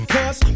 Cause